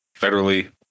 federally